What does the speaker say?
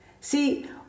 See